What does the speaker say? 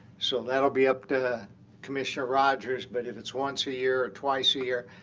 so that will be up to commissioner rodgers, but if it's once a year or twice a year,